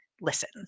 listen